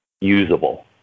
usable